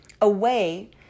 away